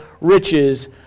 riches